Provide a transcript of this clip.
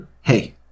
Hey